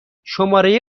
شماره